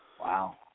Wow